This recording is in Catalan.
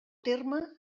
terme